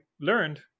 learned